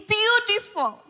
beautiful